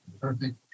perfect